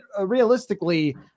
realistically